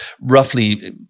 roughly –